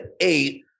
eight